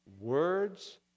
words